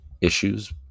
issues